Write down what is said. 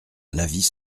l’avis